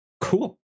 Cool